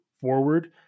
forward